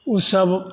ओ सब